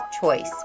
choice